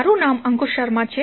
મારું નામ અંકુશ શર્મા છે